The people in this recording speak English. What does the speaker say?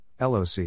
LOC